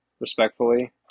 respectfully